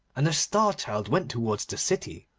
and the star-child went towards the city.